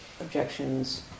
objections